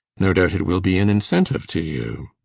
no doubt it will be an incentive to you